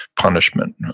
punishment